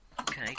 Okay